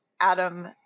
Adam